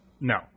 No